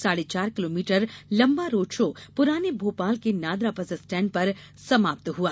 साढ़े चार किलोमीटर लंबा रोड शो प्राने भोपाल के नादरा बस स्टेण्ड पर समाप्त हुआ